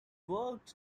worked